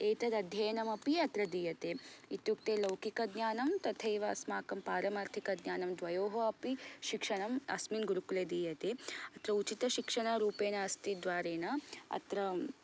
एतदध्ययनमपि अत्र दीयते इत्युक्ते लौकिकज्ञानं तथैव अस्माकं पारमार्थिकज्ञानं द्वयोः अपि शिक्षणं अस्मिन् गुरुकुले दीयते अत्र उचितशिक्षणरूपेण अस्ति द्वारेण अत्र